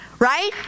Right